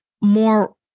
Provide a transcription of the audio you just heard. more